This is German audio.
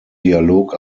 dialog